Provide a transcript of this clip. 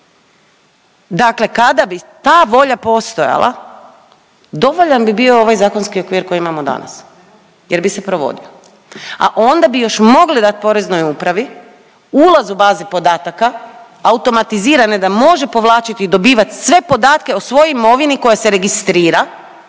dakle kada bi ta volja postojala dovoljan bi bio ovaj zakonski okvir koji imamo danas jer bi se provodio, a onda bi još mogli dat Poreznoj upravi ulaz u baze podataka, automatizirane da može povlačiti i dobivat sve podatke o svoj imovini koja se registrira